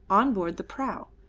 on board the prau.